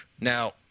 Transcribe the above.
now